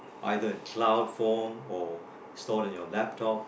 either cloud form or stored in your laptop